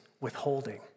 withholding